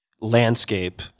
landscape